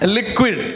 Liquid